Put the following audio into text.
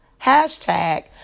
hashtag